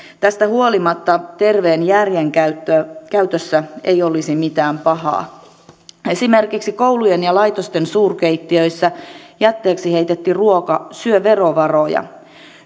tästä huolimatta terveen järjen käytössä ei olisi mitään pahaa esimerkiksi koulujen ja laitosten suurkeittiöissä jätteeksi heitetty ruoka syö verovaroja